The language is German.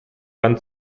land